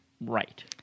Right